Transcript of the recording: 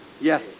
Yes